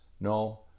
No